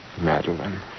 Madeline